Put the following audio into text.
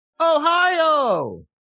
Ohio